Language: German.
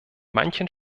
manchen